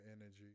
energy